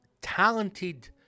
talented